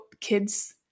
kids